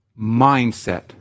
mindset